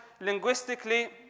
linguistically